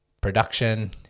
production